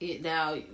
Now